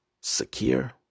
secure